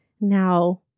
Now